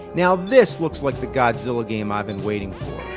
now this looks like the godzilla game i've been waiting